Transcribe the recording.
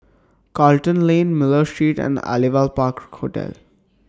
Charlton Lane Miller Street and Aliwal Park Hotel